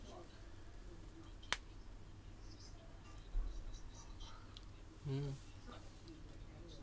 mm